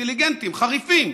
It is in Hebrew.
אינטליגנטים וחריפים,